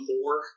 more